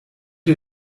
ihr